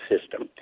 system